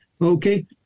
Okay